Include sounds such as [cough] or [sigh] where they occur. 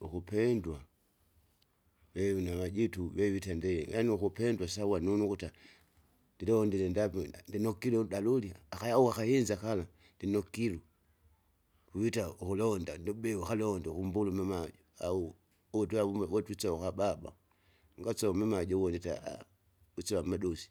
Ukupendwa, eeh! navajitu vevite nde yaani wakupendwa sawa nunu ukuta! ndilondile indamwina ndinokilo dalulya akayau akahinza kala ndinokilwe, uwita ukulonda ndubi ukalonda ukumbula unumaja au uvu twavume votwise ukababa. Ungasove mumaji uvu ndita [hesitation] usova amadusi